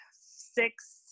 six